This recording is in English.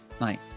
night